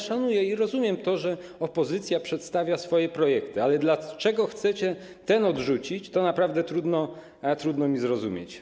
Szanuję i rozumiem to, że opozycja przedstawia swoje projekty, ale dlaczego chcecie ten odrzucić, to naprawdę trudno mi zrozumieć.